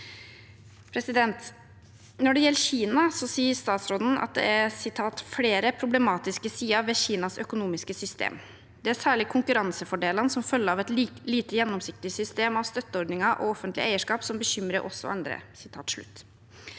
lederskap. Når det gjelder Kina, sier utenriksministeren at det er «flere problematiske sider ved Kinas økonomiske system. Det er særlig konkurransefordelene som følger av et lite gjennomsiktig system av støtteordninger og offentlig eierskap, som bekymrer oss og andre.»